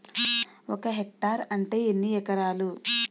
ఒక హెక్టార్ అంటే ఎన్ని ఏకరములు?